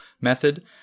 method